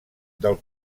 del